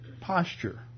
posture